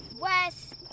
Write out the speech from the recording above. Wes